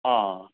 অঁ